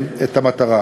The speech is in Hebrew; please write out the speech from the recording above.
נושאים.